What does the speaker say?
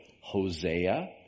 Hosea